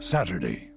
Saturday